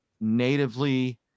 natively